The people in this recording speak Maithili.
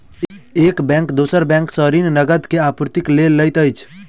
एक बैंक दोसर बैंक सॅ ऋण, नकद के आपूर्तिक लेल लैत अछि